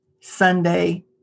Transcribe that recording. Sunday